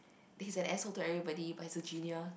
he's an asshole to everybody but he's a genius